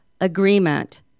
agreement